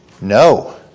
No